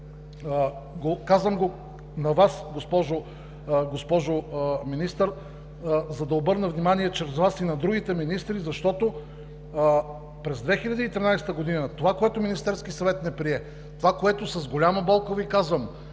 Казвам го на Вас, госпожо Министър, за да обърна внимание чрез Вас и на другите министри, защото през 2013 г. това, което Министерският съвет не прие, това, което – с голяма болка Ви казвам,